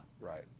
Right